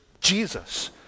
Jesus